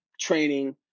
training